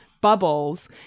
bubbles